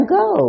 go